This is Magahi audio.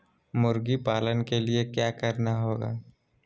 मुर्गी पालन के लिए क्या करना होगा?